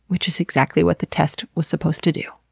which is exactly what the test was supposed to do.